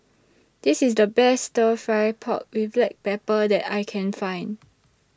This IS The Best Stir Fry Pork with Black Pepper that I Can Find